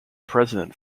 president